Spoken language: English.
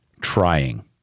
trying